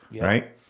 right